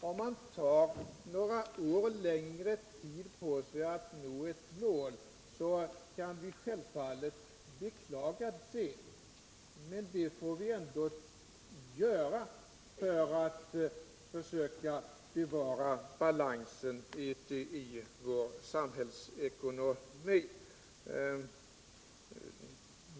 Om vi får ta ytterligare några år på oss för att nå ett mål, kan vi självfallet beklaga det, men det får vi ändå göra för att försöka bevara balansen i vår samhällsekonomi.